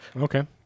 Okay